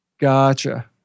Gotcha